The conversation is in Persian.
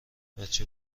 بچه